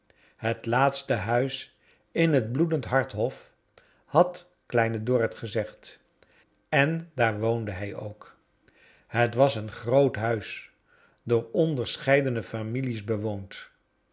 het laatste huis in het bloedend iiart hof had kleine dorrit gezegd en daar woonde hij ook het was een groot huis door onderscheidene families bewoond